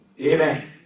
Amen